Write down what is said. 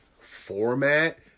format